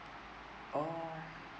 orh